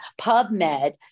PubMed